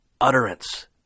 utterance